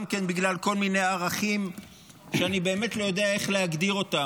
גם כן בגלל כל מיני ערכים שאני באמת לא יודע איך להגדיר אותם,